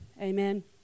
Amen